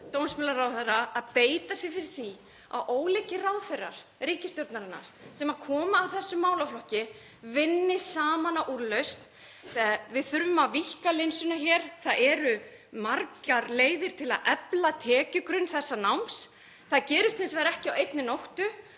að beita sér fyrir því að ólíkir ráðherrar ríkisstjórnarinnar sem koma að þessum málaflokki vinni saman að úrlausn. Við þurfum að víkka linsuna hér. Það eru margar leiðir til að efla tekjugrunn þessa náms. Það gerist hins vegar ekki á einni nóttu